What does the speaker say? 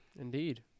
Indeed